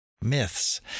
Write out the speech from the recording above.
myths